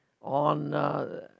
on